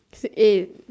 eight